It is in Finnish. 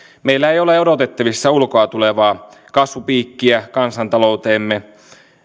meillä ei ole odotettavissa ulkoa tulevaa kasvupiikkiä kansantalouteemme